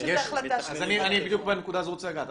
אני בדיוק בנקודה הזאת רוצה לגעת.